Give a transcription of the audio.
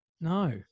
no